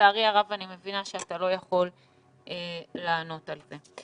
לצערי הרב, אני מבינה שאתה לא יכול לענות על זה.